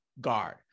guard